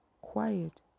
quiet